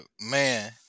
Man